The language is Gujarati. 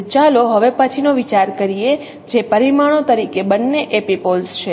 તેથી ચાલો હવે પછીનો વિચાર કરીએ જે પરિમાણો તરીકે બંને એપિપોલ્સ છે